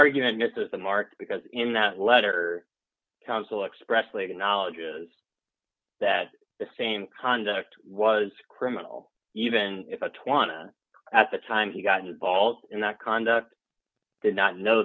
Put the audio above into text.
argument misses the mark because in that letter counsel expressly the knowledge is that the same conduct was criminal even if a twana at the time he got involved in that conduct did not know